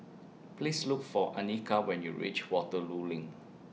Please Look For Annika when YOU REACH Waterloo LINK